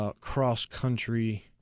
cross-country